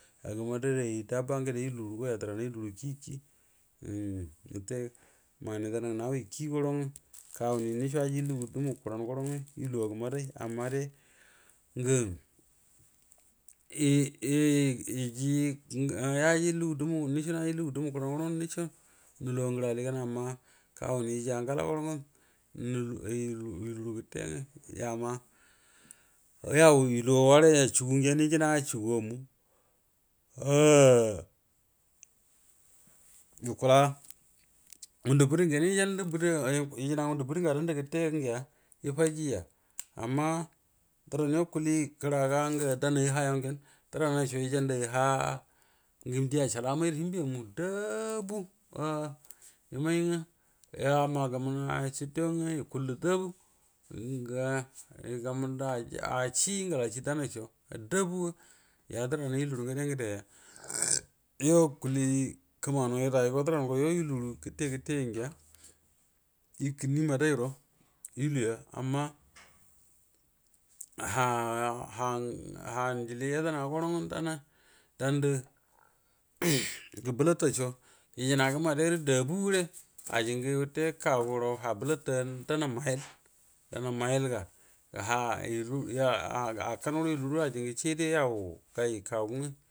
Agə mbədairu ayi dabba ngəde yuluru gəwa dərana yaluru kii kii ndasho njilu gu dumu kuran goro yuluru mbədai ngə iji gaji lugu dumu kina ndusho naji mgu dumu kuran goro nuluwa ngu abigan amma kamuningə iji angala guro nga yana yan yuluwa waraiya shugu ngen ijina chuguwamu ya kula ngundu bada ngen ijina ngundu bədə ugadardə gəte nga ifajija amma dəran yo kull kəraga dan ayi nayo ngenə dəranasho ijandə aii ma ngə di ashola imai mamu daba imai nga ma gamunu yukullə dabu ga ashi da masho dabu yo kuli kumano ru dai ikkənni mbədairo yuluya amma ha njili yadənaro nga dandə bəte wufe kaguro ha bəlota dana mail dana maril ga ha-ha-ha ngə sho ida yau gai kagu nga.